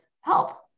help